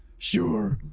sure!